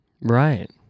Right